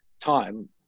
time